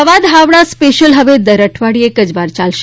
Ahmedabad Howrah special હવે દર અઠવાડિયે એક જ વાર ચાલશે